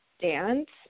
dance